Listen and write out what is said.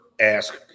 ask